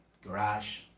garage